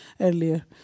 earlier